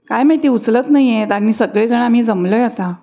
काय माहिती उचलत नाही आहेत आम्ही सगळेजण आम्ही जमलो आहे आता